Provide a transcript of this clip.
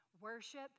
worship